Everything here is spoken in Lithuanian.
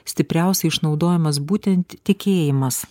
stipriausiai išnaudojamas būtent tikėjimas